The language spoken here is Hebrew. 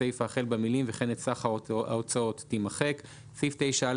הסיפה החל במילים 'וכן את סך ההוצאות' תימחק." סעיף 9א